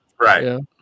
Right